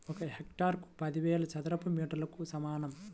ఒక హెక్టారు పదివేల చదరపు మీటర్లకు సమానం